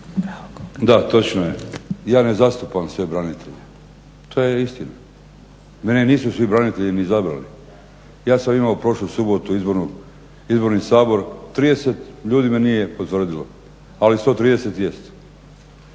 Da točno je, ja ne zastupam sve branitelje. To je istina. Mene nisu svi branitelji ni izabrali. Ja sam imao prošlu subotu izborni sabor, 30 ljudi me nije potvrdilo, ali 130 jest.